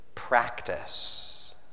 Practice